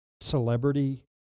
celebrity